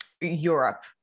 Europe